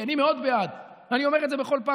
כי אני מאוד בעד, ואני אומר את זה בכל פעם.